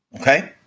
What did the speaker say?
okay